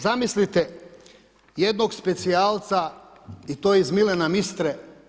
Zamislite jednog specijalca i to iz mile nam Istre.